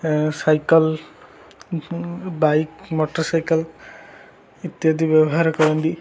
cycle bike motorcycle ଇତ୍ୟାଦି ବ୍ୟବହାର କରନ୍ତି